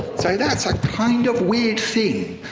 so, that's a kind of weird thing.